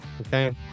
okay